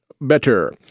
better